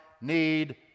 need